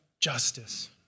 justice